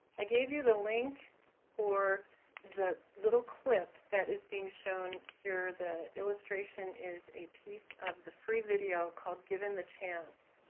ah gave you the link for the little clip that is being shown, the illustration is a piece of the free video called, given the chance.